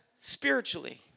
spiritually